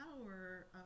power